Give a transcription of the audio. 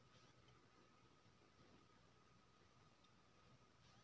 गहूम के बुनाई के समय केना दवाई मिलैबे?